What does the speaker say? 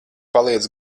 paliec